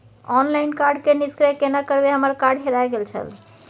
Online card के निष्क्रिय केना करबै हमर कार्ड हेराय गेल छल?